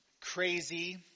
crazy